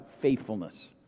faithfulness